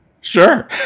Sure